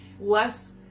less